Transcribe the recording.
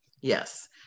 Yes